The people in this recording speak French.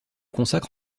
consacre